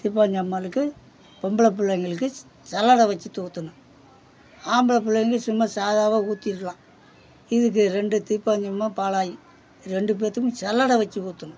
தீப்பாஞ்சி அம்பாளுக்கு பொம்பளை பிள்ளைங்களுக்கு சல்லடை வச்சு ஊத்தணும் ஆம்பளை பிள்ளைங்களுக்கு சும்மா சாதாவாக ஊற்றிர்லாம் இதுக்கு ரெண்டு தீப்பாஞ்சி அம்மா பாலாயி ரெண்டு பேருத்துக்கும் சல்லடை வச்சு ஊற்றணும்